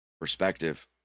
perspective